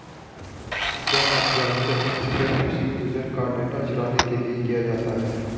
क्या आप जानते है स्पीयर फिशिंग यूजर का डेटा चुराने के लिए किया जाता है?